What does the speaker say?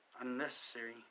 unnecessary